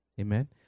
Amen